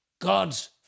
God's